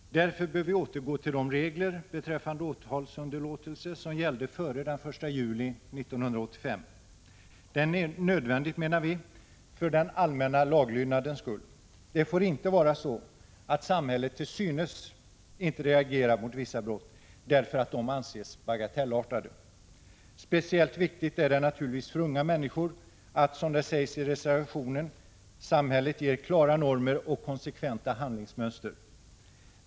Därför bör vi återgå till de regler beträffande åtalsunderlåtelse som gällde före den 1 juli 1985. Det är nödvändigt, menar vi, för den allmänna laglydnadens skull. Det får inte vara så, att samhället till synes inte reagerar mot vissa brott, därför att de anses bagatellartade. Speciellt viktigt är det naturligtvis för unga människor att, som det sägs i reservationen, ”samhället ger klara normer och konsekventa handlingsmönster”.